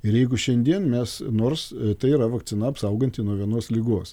ir jeigu šiandien mes nors tai yra vakcina apsauganti nuo vienos ligos